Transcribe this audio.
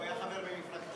הוא היה חבר במפלגתך,